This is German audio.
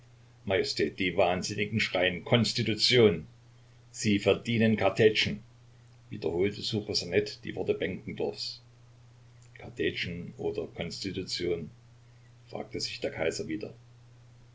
die wahnsinnigen schreien konstitution sie verdienen kartätschen wiederholte ssuchosanet die worte benkendorfs kartätschen oder konstitution fragte sich der kaiser wieder